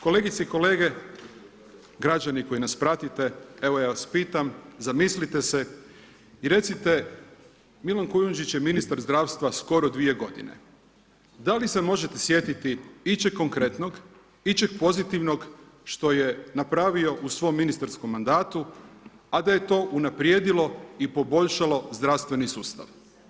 Kolegice i kolege, građani koji nas pratite, evo ja vas pitam zamislite se i recite Milan Kujundžić je ministar zdravstva skoro 2 godine, da li se možete sjetiti ičeg konkretnog ičeg pozitivnog što je napravio u svom ministarskom mandatu a da je to unaprijedilo zdravstveni sustav.